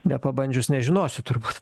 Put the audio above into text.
nepabandžius nežinosiu turbūt